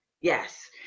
yes